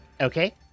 Okay